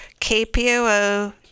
KPOO